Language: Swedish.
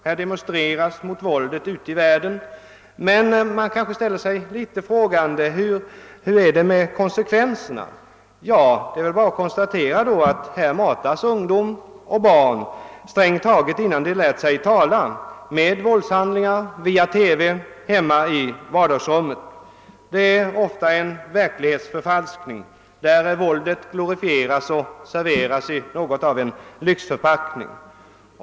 Man demonstrerar mot våld ute i världen, men hur är det med konsekvensen? Barn och ungdomar matas, nästan innan de lärt sig tala, med våldshandlingar via TV hemma i vardagsrummet. Det är ofta verklighetsförfalskningar, där våldet glorifieras och serveras i lyxförpackning.